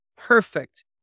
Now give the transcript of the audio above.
perfect